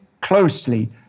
closely